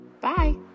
Bye